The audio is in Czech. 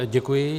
Děkuji.